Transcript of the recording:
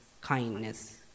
kindness